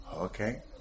Okay